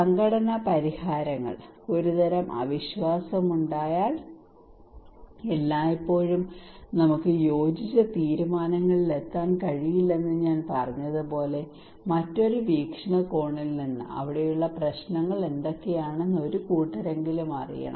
സംഘട്ടന പരിഹാരങ്ങൾ ഒരുതരം അവിശ്വാസം ഉണ്ടായാൽ എല്ലായ്പ്പോഴും നമുക്ക് യോജിച്ച തീരുമാനങ്ങളിൽ എത്താൻ കഴിയില്ലെന്ന് ഞാൻ പറഞ്ഞതുപോലെ മറ്റൊരു വീക്ഷണകോണിൽ നിന്ന് അവിടെയുള്ള പ്രശ്നങ്ങൾ എന്തൊക്കെയാണെന്ന് ഒരു കൂട്ടരെങ്കിലും അറിയണം